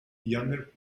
younger